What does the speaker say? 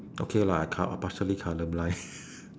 okay lah I co~ I partially colour blind